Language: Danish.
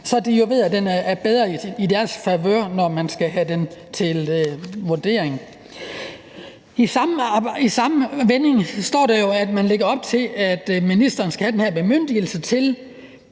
de så ved, at den er mere i deres favør, når man skal have den til vurdering. I samme forbindelse står der jo, at man lægger op til, at ministeren skal have den her bemyndigelse med